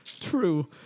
True